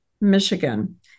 Michigan